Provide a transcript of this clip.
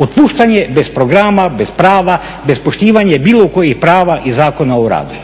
Otpuštanje bez programa, bez prava, bez poštivanja bilo kojih prava iz Zakona o radu.